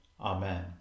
Amen